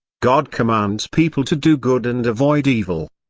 god commands people to do good and avoid evil.